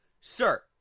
sir